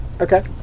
Okay